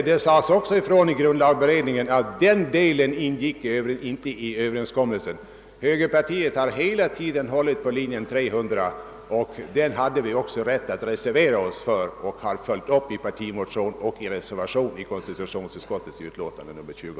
Det sades emellertid i grundlagberedningen även ifrån, att den delen inte ingick i överenskommelsen. Högerpartiet har hela tiden ansett att antalet borde vara 300. Denna linje, som vi också hade rätt att reservera oss för, har vi följt upp i vår partimotion och i en reservation till konstitutionsutskottets betänkande nr 20.